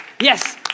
Yes